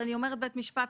משפט